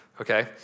okay